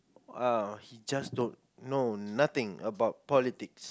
ah he just don't know nothing about politics